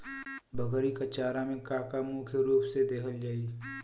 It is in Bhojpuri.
बकरी क चारा में का का मुख्य रूप से देहल जाई?